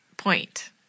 point